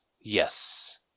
Yes